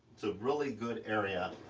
it's a really good area,